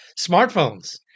smartphones